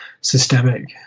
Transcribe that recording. systemic